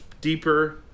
deeper